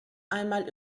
einmal